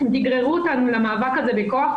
אתם תגררו אותנו למאבק הזה בכוח,